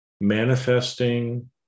manifesting